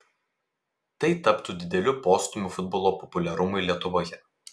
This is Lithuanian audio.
tai taptų dideliu postūmiu futbolo populiarumui lietuvoje